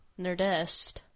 Nerdest